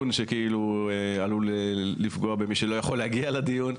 שעלול לפגוע במי שלא יכול להגיע לדיון.